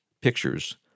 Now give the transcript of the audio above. pictures